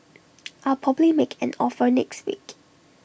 I'll probably make an offer next week